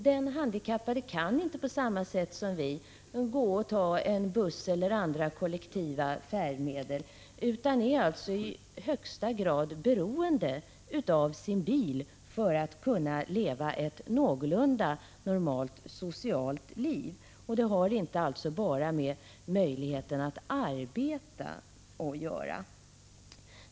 Den handikappade kan inte på samma sätt som vi gå och ta en buss eller andra kollektiva färdmedel utan är i högsta grad beroende av sin bil för att kunna leva ett någorlunda normalt socialt liv. Det har alltså inte bara med möjligheten att arbeta att göra.